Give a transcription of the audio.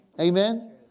Amen